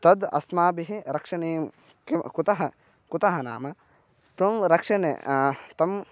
तद् अस्माभिः रक्षणीयं किं कुतः कुतः नाम त्वं रक्षणे तं